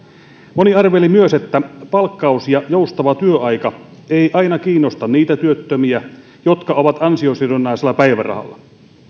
moni arveli myös että palkkaus ja joustava työaika eivät aina kiinnosta niitä työttömiä jotka ovat ansiosidonnaisella päivärahalla